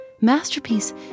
Masterpiece